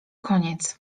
koniec